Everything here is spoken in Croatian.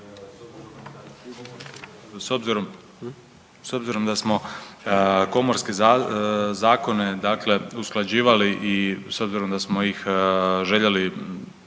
S obzirom da smo komorske zakone, dakle usklađivali i s obzirom da smo ih željeli